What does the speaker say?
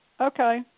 Okay